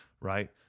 right